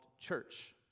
church